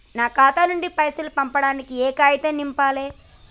నా ఖాతా నుంచి పైసలు పంపించడానికి ఏ కాగితం నింపాలే?